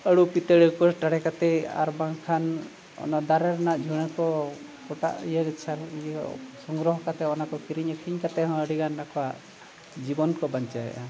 ᱟᱹᱞᱩ ᱯᱤᱛᱟᱹᱲᱤ ᱠᱚ ᱴᱟᱲᱦᱮ ᱠᱟᱛᱮᱫ ᱟᱨ ᱵᱟᱝᱠᱷᱟᱱ ᱚᱱᱟ ᱫᱟᱨᱮ ᱨᱮᱱᱟᱜ ᱫᱷᱩᱸᱲᱟᱹ ᱠᱚ ᱯᱚᱴᱟᱜ ᱤᱭᱟᱹ ᱪᱷᱟᱞ ᱤᱭᱟᱹ ᱥᱚᱝᱜᱨᱚᱦᱚ ᱠᱟᱛᱮᱫ ᱚᱱᱟ ᱠᱚ ᱠᱤᱨᱤᱧ ᱟᱹᱠᱷᱨᱤᱧ ᱠᱟᱛᱮᱫ ᱦᱚᱸ ᱟᱹᱰᱤ ᱜᱟᱱ ᱟᱠᱚᱣᱟᱜ ᱡᱤᱵᱚᱱ ᱠᱚ ᱵᱟᱧᱪᱟᱣᱮᱜᱼᱟ